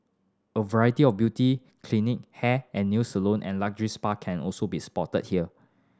a variety of beauty clinic hair and new salon and luxury spa can also be spotted here